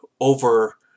over